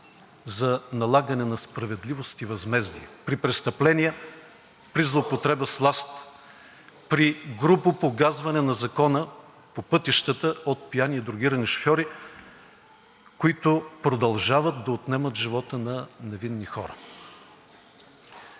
за налагането на справедливост и възмездие при престъпления, при злоупотреба с власт, при грубо погазване на закона по пътищата от пияни и дрогирани шофьори, които продължават да отнемат живота на невинни хора,